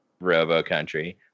Robo-country